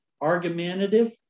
argumentative